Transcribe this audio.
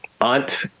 aunt